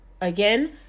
again